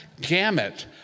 gamut